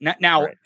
Now